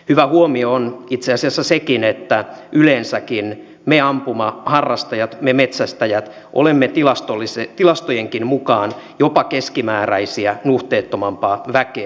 hyvä huomio on itse asiassa sekin että yleensäkin me ampumaharrastajat me metsästäjät olemme tilastojenkin mukaan jopa keskimääräistä nuhteettomampaa väkeä